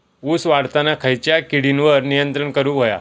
ऊस वाढताना खयच्या किडींवर नियंत्रण करुक व्हया?